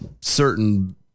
certain